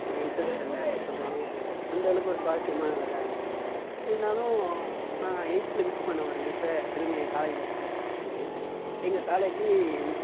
ஒரு இன்ட்ரஸ்ட் இல்லை அப்படி சொல்கிறது அந்தளவுக்கு ஒரு சுவாரஸ்யமாக உள்ளதாக இல்லை இருந்தாலும் நான் எய்த்தில் மிஸ் பண்ண ஒரு லைஃப்பை திரும்பி ஏ காலேஜ் லைஃபில் கிடச்சிது எங்கள் காலேஜி